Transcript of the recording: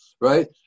right